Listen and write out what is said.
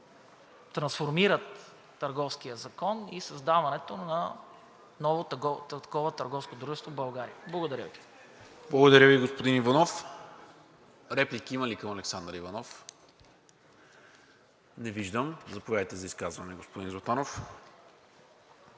трансформират Търговския закон, и създаването на ново търговско дружество в България. Благодаря Ви. ПРЕДСЕДАТЕЛ НИКОЛА МИНЧЕВ: Благодаря Ви, господин Иванов. Реплики има ли към Александър Иванов? Не виждам. Заповядайте за изказване, господин Златанов.